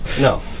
No